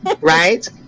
right